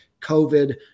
COVID